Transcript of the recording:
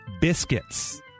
Biscuits